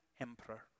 emperor